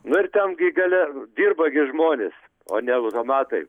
nu ir ten gi gale dirba gi žmonės o ne automatai